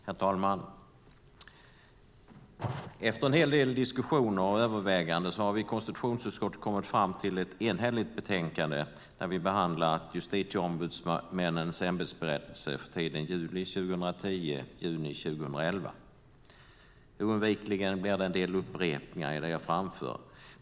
Herr talman! Efter en hel del diskussioner och överväganden har vi i konstitutionsutskottet kommit fram till ett enhälligt betänkande vid behandlingen av Justitieombudsmännens ämbetsberättelse för tiden juli 2010-juni 2011. Oundvikligen blir det en del upprepningar i det jag framför.